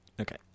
Okay